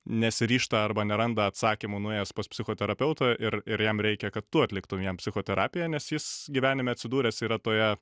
nesiryžta arba neranda atsakymų nuėjęs pas psichoterapeutą ir ir jam reikia kad tu atliktum jam psichoterapiją nes jis gyvenime atsidūręs yra toje